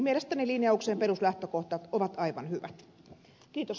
mielestäni linjauksen peruslähtökohdat ovat aivan hyvät